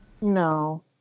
No